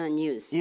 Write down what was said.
news